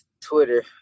Twitter